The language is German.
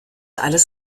alles